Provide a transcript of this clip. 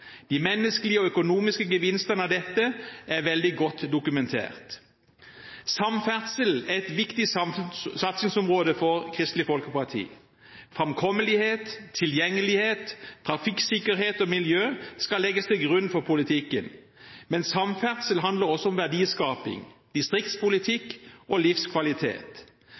De menneskelige og økonomiske gevinstene av dette er veldig godt dokumentert. Samferdsel er et viktig satsingsområde for Kristelig Folkeparti. Framkommelighet, tilgjengelighet, trafikksikkerhet og miljø skal legges til grunn for politikken. Men samferdsel handler også om verdiskaping, distriktspolitikk og livskvalitet.